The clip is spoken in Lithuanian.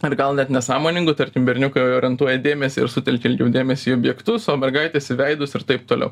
ar gal net nesąmoningų tarkim berniukai orientuoja dėmesį ir sutelkia ilgiau dėmesį į objektus o mergaitės į veidus ir taip toliau